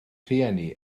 rhieni